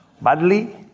badly